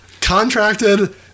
contracted